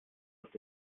habt